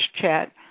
chat